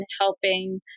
helping